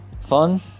fun